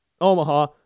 Omaha